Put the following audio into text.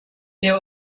there